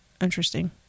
Interesting